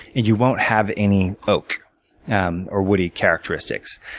and you won't have any oak um or woody characteristics.